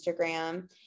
Instagram